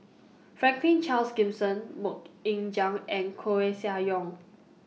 Franklin Charles Gimson Mok Ying Jang and Koeh Sia Yong